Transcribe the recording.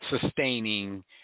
sustaining